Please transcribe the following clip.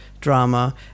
drama